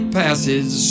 passes